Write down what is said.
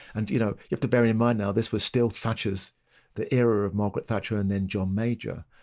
and you know you have to bear in mind now this was still thatcher's the era of margaret thatcher and then john major,